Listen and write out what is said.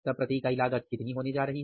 तब प्रति इकाई लागत कितनी होने जा रही है